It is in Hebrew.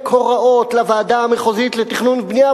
הוראות לוועדה המחוזית לתכנון ובנייה,